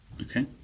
Okay